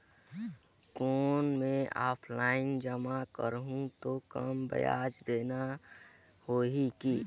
कौन मैं ऑफलाइन जमा करहूं तो कम ब्याज देना होही की?